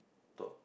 top